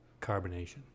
carbonation